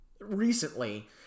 recently